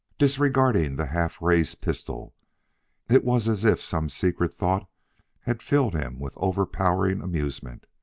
disregarding the half-raised pistol it was as if some secret thought had filled him with overpowering amusement.